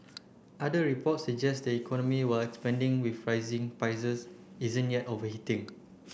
other reports suggest the economy while expanding with rising prices isn't yet overheating